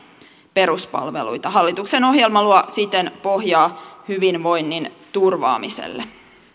peruspalveluita hallituksen ohjelma luo siten pohjaa hyvinvoinnin turvaamiselle